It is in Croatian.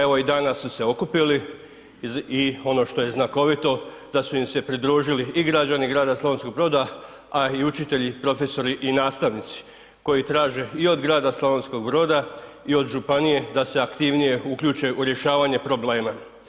Evo i danas su se okupili i ono što je znakovito da su im se pridružili i građani grada Slavonskog Broda, a i učitelji, profesori i nastavnici, koji traže i od grada Slavonskog Broda i od županije da se aktivnije uključe u rješavanje problema.